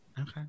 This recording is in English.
okay